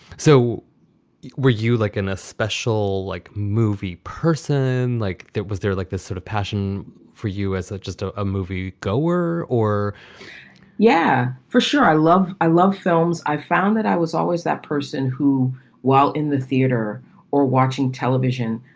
so were you like in a special, special, like movie person like that? was there like this sort of passion for you as just a ah movie go were or yeah, for sure. i love i love films. i found that i was always that person who while in the theater or watching television,